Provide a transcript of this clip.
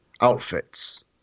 outfits